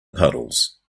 puddles